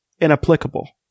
inapplicable